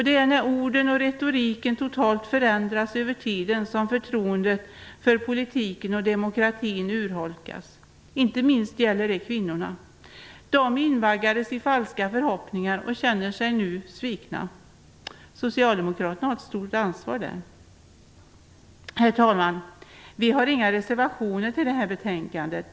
Det är när orden och retoriken totalt förändras över tiden som förtroendet för politiken och demokratin urholkas. Inte minst gäller det kvinnorna. De invaggades i falska förhoppningar och känner sig nu svikna. Socialdemokraterna har ett stort ansvar där. Herr talman! Vi i Centern har inga reservationer fogade till detta betänkande.